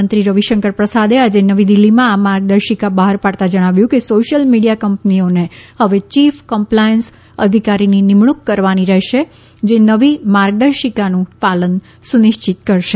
મંત્રી રવિ શંકર પ્રસાદે આજે નવી દિલ્હીમાં આ માર્ગદર્શિકા બહાર પાડતા જણાવ્યું કે સોશ્યલ મીડિયા કંપનીઓને હવે ચીફ કંપલાયન્સ અધિકારીની નિમણૂંક કરવાની રહેશે જે નવી માર્ગદર્શિકાનું પાલન સુનિશ્ચિત કરશે